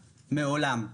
מעולם.